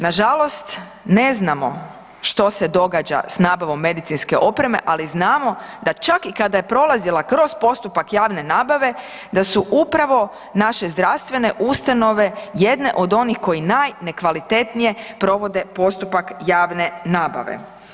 Nažalost, ne znamo što se događa s nabavom medicinske opreme, ali znamo da čak i kada je prolazila kroz postupak javne nabave da su upravo naše zdravstvene ustanove jedne od onih koji najnekvalitetnije provode postupak javne nabave.